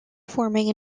forming